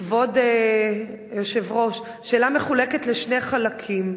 כבוד היושב-ראש, השאלה מחולקת לשני חלקים.